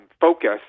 focus